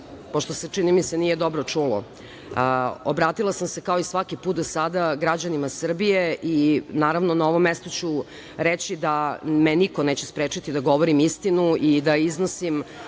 pošto se čini mi se nije čulo, obratila sam se kao i svaki put do sada građanima Srbije i naravno na ovom mestu ću reći da me niko neće sprečiti da govorim istinu i da iznosim